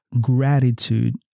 gratitude